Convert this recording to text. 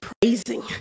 praising